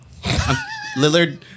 Lillard